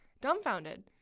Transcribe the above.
dumbfounded